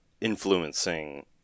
influencing